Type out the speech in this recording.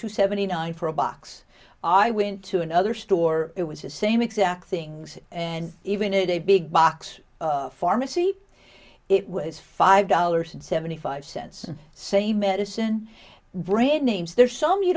two seventy nine for a box i went to another store it was the same exact things and even a big box pharmacy it was five dollars and seventy five cents same medicine brand names there's some you